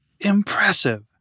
impressive